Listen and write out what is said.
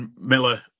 Miller